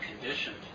conditioned